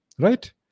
Right